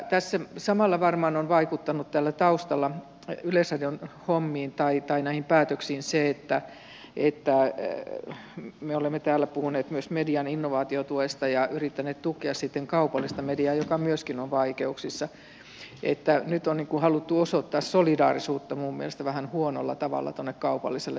tässä samalla varmaan on vaikuttanut täällä taustalla näihin yleisradion päätöksiin se että me olemme täällä puhuneet myös median innovaatiotuesta ja yrittäneet tukea sitten kaupallista mediaa joka myöskin on vaikeuksissa eli nyt on niin kuin haluttu osoittaa solidaarisuutta minun mielestäni vähän huonolla tavalla tuonne kaupalliselle puolelle